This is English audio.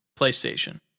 PlayStation